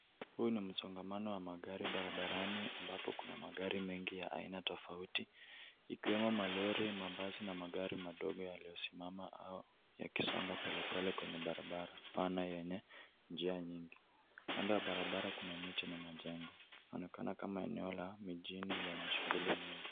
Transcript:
Huu ni msongamano wa magari barabarani ambapo kuna magari mengi ya aina tofauti ikiwemo malori, mabasi na magari madogo yaliyosimama au yakisonga polepole kwenye barabara pana yenye njia nyingi. Kando ya barabara kuna miti na majengo. Linaonekana kama eneo la mjini lenye shughuli mingi.